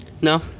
No